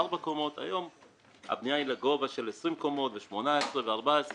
ארבע קומות היום הבנייה היא לגובה של 20 קומות ו-18 ו-14.